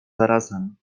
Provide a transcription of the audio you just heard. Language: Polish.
zarazem